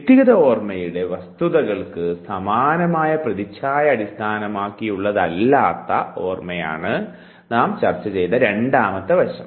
വ്യക്തിഗത ഓർമ്മയുടെ വസ്തുതകൾക്ക് സമാനമായ പ്രതിച്ഛായ അടിസ്ഥാനമാക്കിയുള്ളതല്ലാത്ത ഓർമ്മയാണ് നാം ചർച്ച ചെയ്ത രണ്ടാമത്തെ വശം